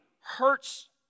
hurts